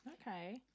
Okay